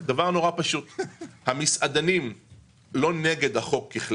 המסעדנים לא נגד החוק,